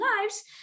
lives